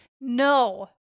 No